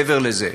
מעבר לזה.